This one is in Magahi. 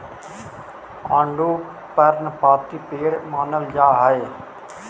आडू पर्णपाती पेड़ मानल जा हई